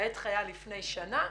כעת חיה לפני שנה,